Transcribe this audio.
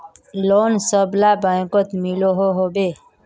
Loan सबला बैंकोत मिलोहो होबे?